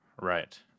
Right